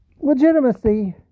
Legitimacy